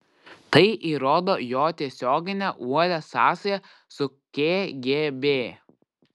tai įrodo jo tiesioginę uolią sąsają su kgb